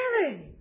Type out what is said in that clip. Karen